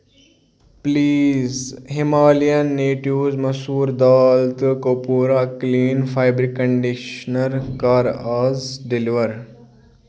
please Himalayan natives masoor dal تہٕ کَپوٗرا clean fabric conditioner کَر آز ڈِلِوَر